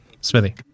Smithy